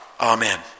Amen